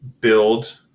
build